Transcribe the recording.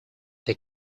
they